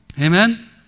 Amen